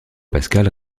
pascal